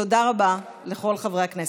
תודה רבה לכל חברי הכנסת.